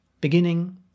Beginning